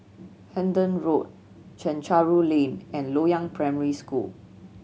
Hendon Road Chencharu Lane and Loyang Primary School